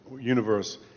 universe